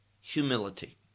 humility